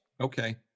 Okay